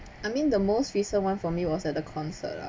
I mean the most recent one for me was at the concert lah